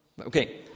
okay